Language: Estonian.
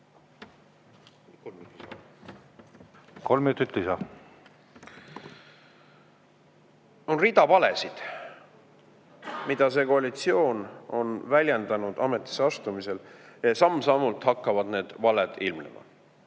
Kolm minutit lisa. On rida valesid, mida see koalitsioon on väljendanud ametisse astumisel. Samm-sammult hakkavad need valed ilmnema.